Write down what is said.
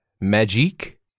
magic